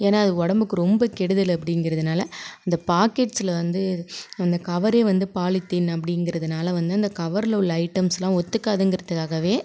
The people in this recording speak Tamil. ஏனால் அது உடம்புக்கு ரொம்ப கெடுதல் அப்படிங்கறதுனால அந்த பாக்கெட்ஸில் வந்து அந்த கவரே வந்து பாலித்தீன் அப்படிங்கிறதுனால வந்து அந்த கவரில் உள்ள ஐட்டம்ஸெலாம் ஒத்துக்காதுங்கிறதுக்காகவே